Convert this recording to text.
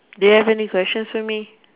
do you have any questions for me